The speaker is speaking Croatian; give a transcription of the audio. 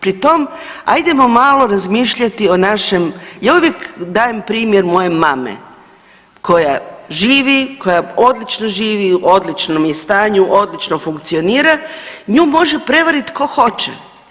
Pri tom hajdemo malo razmišljati o našem ja uvijek dajem primjer moje mame koja živi, koja odlično živi, u odličnom je stanju, odlično funkcionira, nju može prevariti tko hoće.